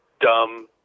Dumb